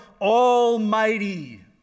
Almighty